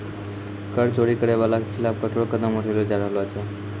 कर चोरी करै बाला के खिलाफ कठोर कदम उठैलो जाय रहलो छै